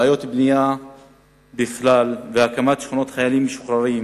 בעיות בנייה בכלל והקמת שכונות לחיילים משוחררים,